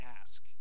ask